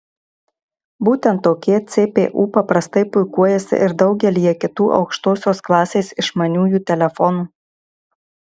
būtent tokie cpu paprastai puikuojasi ir daugelyje kitų aukštosios klasės išmaniųjų telefonų